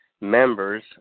members